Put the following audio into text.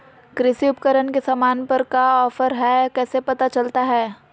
कृषि उपकरण के सामान पर का ऑफर हाय कैसे पता चलता हय?